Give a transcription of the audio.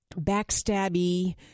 backstabby